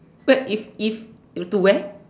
what if if if to where